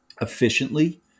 efficiently